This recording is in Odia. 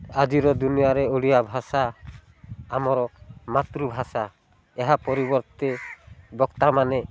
ଆଜିର ଦୁନିଆରେ ଓଡ଼ିଆ ଭାଷା ଆମର ମାତୃଭାଷା ଏହା ପରିବର୍ତ୍ତେ ବକ୍ତାମାନେ